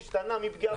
השתנה.